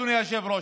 אדוני היושב-ראש,